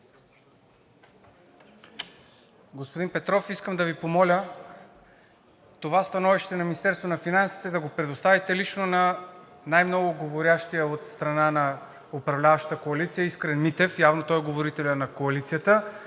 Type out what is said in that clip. Господин Петров, искам да Ви помоля това становище на Министерството на финансите да го предоставите лично на най-много говорещия от страна на управляващата коалиция Искрен Митев – явно той е говорителят на коалицията,